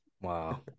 Wow